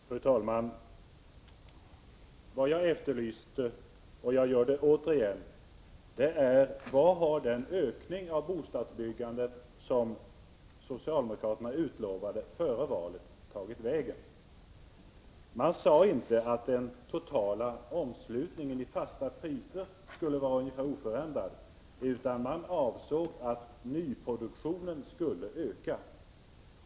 Fru talman! Vad jag efterlyste svar på — och jag gör det återigen — var följande: Vart har den ökning av bostadsbyggandet som socialdemokraterna utlovade före valet tagit vägen? Man sade inte att den totala omslutningen i fasta priser skulle vara ungefär oförändrad, utan man avsåg att nyproduktionen skulle öka.